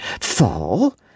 Fall